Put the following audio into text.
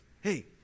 hey